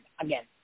again